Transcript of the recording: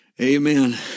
Amen